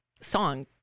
song